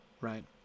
right